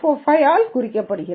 145 ஆல் குறிக்கிறது